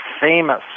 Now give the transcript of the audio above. famous